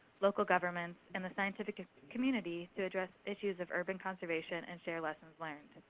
local government, and the scientific ah community to address issues of urban conservation, and share lessons learned.